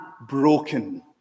broken